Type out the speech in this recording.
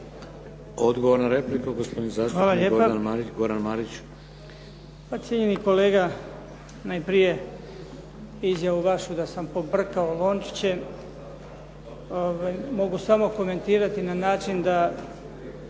Odgovor na repliku, gospodin zastupnik Goran Marić.